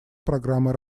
программы